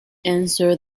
answer